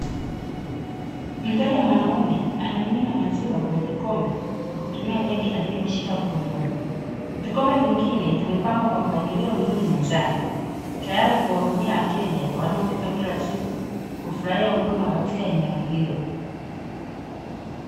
Mteja mwanaume anamimina maziwa kwenye kikombe kwa kutumia jagi aliloshika mkononi. Vikombe vingine vimepangwa kwa mpangilio mzuri mezani, tayari kuwahudumia wateja wanaofika kila siku kufurahia huduma katika eneo hilo.